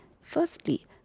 Firstly